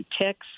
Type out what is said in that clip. ticks